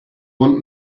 want